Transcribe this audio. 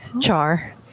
Char